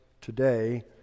today